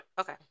Okay